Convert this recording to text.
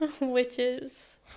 Witches